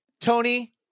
Tony